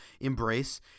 embrace